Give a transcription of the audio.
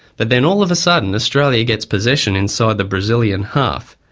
but then all of a sudden australia gets possession inside the brazilian half,